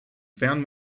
found